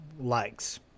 likes